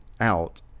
out